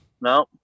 No